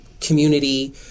community